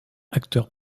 acteur